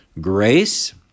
Grace